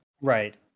Right